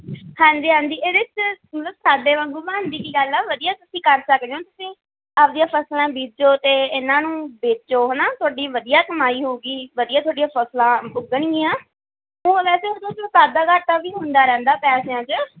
ਹਾਂਜੀ ਹਾਂਜੀ ਇਹਦੇ 'ਚ ਮਤਲਬ ਸਾਡੇ ਵਾਂਗੂ ਬਣਨ ਦੀ ਕੀ ਗੱਲ ਆ ਵਧੀਆ ਤੁਸੀਂ ਕਰ ਸਕਦੇ ਹੋ ਤੁਸੀਂ ਆਪਦੀਆਂ ਫਸਲਾਂ ਬੀਜੋ ਅਤੇ ਇਹਨਾਂ ਨੂੰ ਵੇਚੋ ਹੈ ਨਾ ਤੁਹਾਡੀ ਵਧੀਆ ਕਮਾਈ ਹੋਵੇਗੀ ਵਧੀਆ ਤੁਹਾਡੀਆਂ ਫਸਲਾਂ ਉੱਗਣਗੀਆਂ ਉਹ ਵੈਸੇ ਉਹਦੇ 'ਚੋਂ ਵਾਧਾ ਘਾਟਾ ਵੀ ਹੁੰਦਾ ਰਹਿੰਦਾ ਪੈਸਿਆਂ ਚ